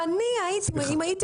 אני דווקא